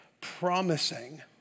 Promising